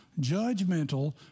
judgmental